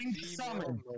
summon